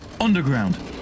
Underground